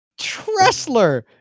Tressler